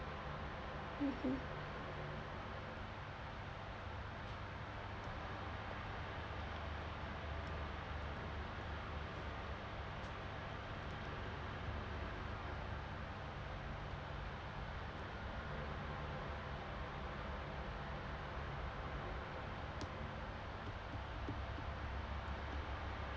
mmhmm